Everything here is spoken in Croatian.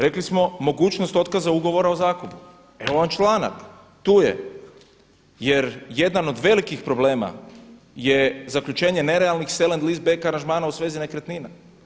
Rekli smo mogućnost otkaza ugovora o zakupu, evo vam članak, tu je jer jedan od velikih problema je zaključenje nerealnih … aranžmana u svezi nekretnina.